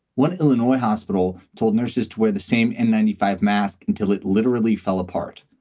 one illinois hospital told nurses to wear the same in ninety five masks until it literally fell apart.